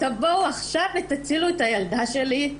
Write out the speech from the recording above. תבואו עכשיו ותצילו את הילדה שלי.